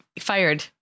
fired